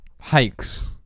Hikes